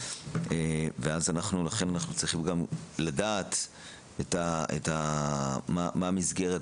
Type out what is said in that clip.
ולכן אנחנו צריכים לדעת מה המסגרת,